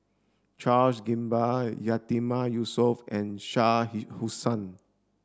Charles Gamba Yatiman Yusof and Shah he Hussain